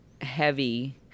heavy